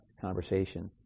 conversation